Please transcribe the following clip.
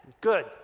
Good